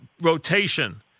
rotation